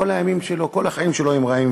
כל הימים שלו, כל החיים שלו, הם רעים.